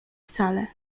wcale